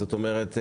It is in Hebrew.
זאת אומרת,